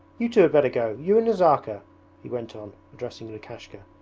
you two had better go, you and nazarka he went on, addressing lukashka.